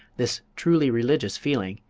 this truly religious feeling,